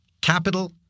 capital